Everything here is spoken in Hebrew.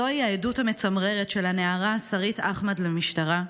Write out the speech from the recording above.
זוהי העדות המצמררת של הנערה שרית אחמד למשטרה.